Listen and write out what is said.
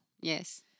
Yes